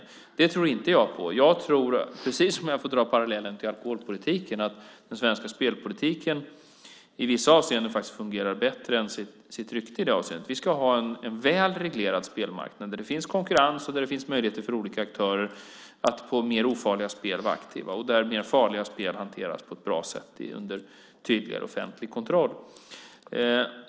Jag vill understryka att jag inte tror på detta. Jag tror, om jag får dra parallellen till alkoholpolitiken, att den svenska spelpolitiken i vissa avseenden faktiskt fungerar bättre än sitt rykte. Vi ska ha en väl reglerad spelmarknad där det finns konkurrens, där det finns möjligheter för olika aktörer att vara aktiva på mer ofarliga spel, och där mer farliga spel hanteras på ett bra sätt med tydligare offentlig kontroll.